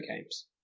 games